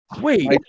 Wait